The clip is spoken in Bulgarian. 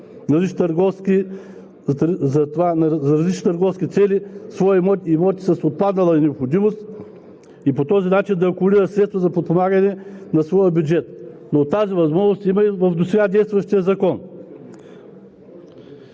за различни търговски цели свои имоти с отпаднала необходимост и по този начин да акумулира средства за подпомагане на своя бюджет. Но тази възможност я има и в досега действащия закон.